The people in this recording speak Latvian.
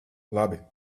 labi